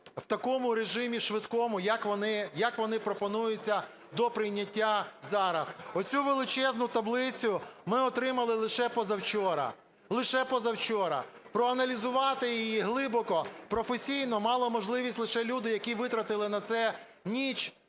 в такому режимі швидкому, як вони пропонуються до прийняття зараз. Оцю величезну таблицю ми отримали лише позавчора, лише позавчора. Проаналізувати її глибоко, професійно мали можливість лише люди, які витратили на це ніч,